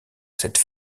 cette